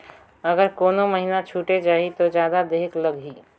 अगर कोनो महीना छुटे जाही तो जादा देहेक लगही?